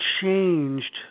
changed